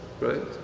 right